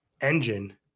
engine